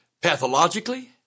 Pathologically